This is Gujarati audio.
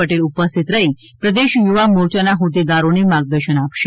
પટેલ ઉપસ્થિત રહી પ્રદેશ યુવા મોરચાના હોદ્દેદારોને માર્ગદર્શન આપશે